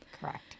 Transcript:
Correct